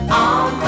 on